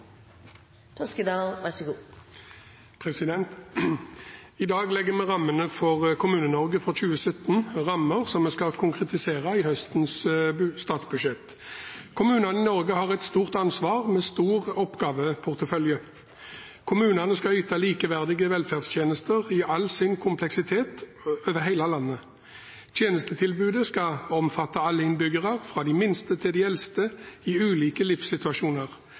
skal konkretisere i høstens statsbudsjett. Kommunene i Norge har et stort ansvar med en stor oppgaveportefølje. Kommunene skal yte likeverdige velferdstjenester i all sin kompleksitet over hele landet. Tjenestetilbudet skal omfatte alle innbyggerne, fra de minste til de eldste, i ulike livssituasjoner.